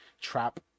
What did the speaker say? trap